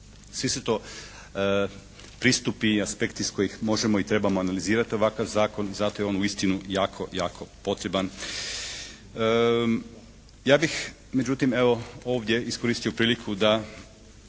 Sve su to pristupi i aspekti s kojih možemo i trebamo analizirati ovakav zakon i zato je on uistinu jako, jako potreban. Ja bih međutim evo ovdje iskoristio priliku da